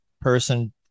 person